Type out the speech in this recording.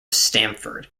stamford